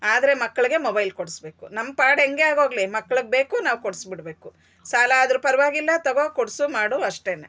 ಆದ್ರೆ ಮಕ್ಳಿಗೆ ಮೊಬೈಲ್ ಕೊಡ್ಸ್ಬೇಕು ನಮ್ ಪಾಡ್ ಎಂಗೆ ಆಗ್ ಹೋಗ್ಲಿ ಮಕ್ಳ್ಗ್ ಬೇಕು ನಾವು ಕೊಡ್ಸ್ಬಿಡ್ಬೇಕು ಸಾಲ ಆದ್ರು ಪರ್ವಾಗಿಲ್ಲ ತಗೋ ಕೊಡ್ಸು ಮಾಡು ಅಷ್ಟೇನೆ